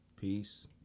peace